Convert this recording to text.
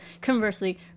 conversely